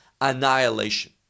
Annihilation